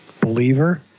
believer